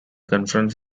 confronts